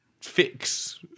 fix